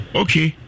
okay